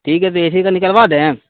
ٹھیک ہے تو اے سی کا نکلوا دیں